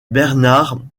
bernard